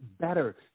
better